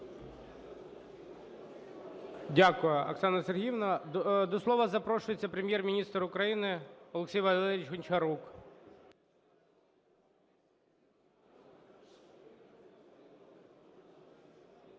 Дякую, Оксана Сергіївна. До слова запрошується Прем'єр-міністр України Олексій Валерійович Гончарук.